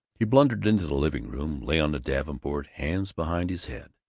he blundered into the living-room, lay on the davenport, hands behind his head.